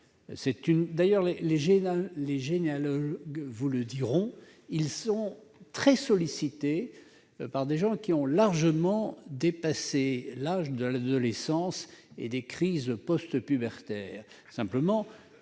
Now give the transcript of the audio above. D'ailleurs, les généalogistes vous le diront, ils sont très sollicités par des gens qui ont largement dépassé l'âge de l'adolescence et des crises post-pubertaires. Il est